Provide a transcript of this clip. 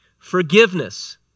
Forgiveness